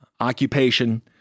occupation